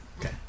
Okay